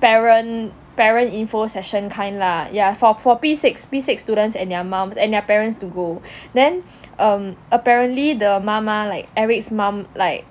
parent parent info session kind lah yeah for for p six p six students and their mums and their parents to go then apparently the 妈妈 like eric's mum like